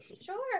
Sure